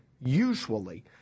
usually